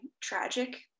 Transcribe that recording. tragic